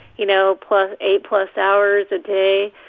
you know, plus eight-plus hours a day,